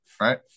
right